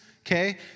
okay